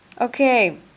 Okay